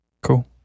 Cool